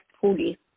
fully